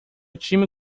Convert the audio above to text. time